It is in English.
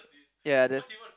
yeah this